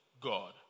God